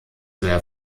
mehr